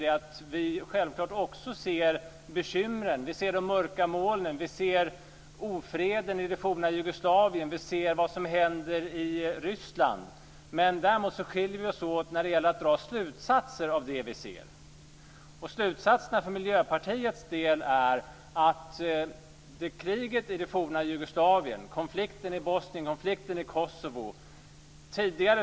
Också vi ser självfallet bekymren och de mörka molnen. Vi ser ofreden i det forna Jugoslavien, och vi ser vad som händer i Ryssland. Däremot skiljer vi oss åt när det gäller att dra slutsatser av det vi ser. Slutsatserna för Miljöpartiets del gäller t.ex. kriget i det forna Jugoslavien, konflikten i Bosnien och konflikten i Kosovo.